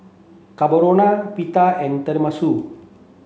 Carbonara Pita and Tenmusu